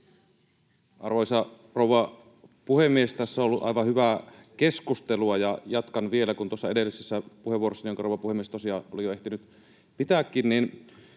Arvoisa rouva puhemies! Tässä on ollut aivan hyvää keskustelua, ja jatkan vielä tuosta edellisestä puheenvuorostani, jonka, rouva puhemies, tosiaan olin jo ehtinyt pitääkin.